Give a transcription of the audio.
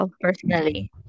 personally